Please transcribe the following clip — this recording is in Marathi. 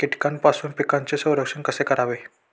कीटकांपासून पिकांचे संरक्षण कसे करावे?